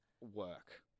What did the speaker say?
work